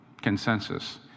consensus